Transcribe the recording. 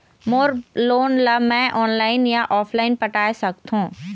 मोर loan ला मैं online या ऑफलाइन पटाए सकथों?